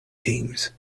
teams